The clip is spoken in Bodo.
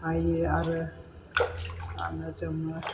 बायो आरो गानो जोमो